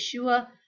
Yeshua